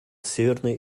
северной